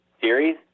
series